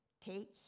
Take